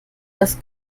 das